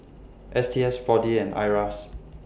S T S four D and IRAS